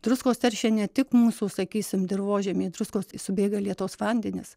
druskos teršia ne tik mūsų sakysim dirvožemį druskos subėga į lietaus vandenis